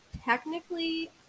technically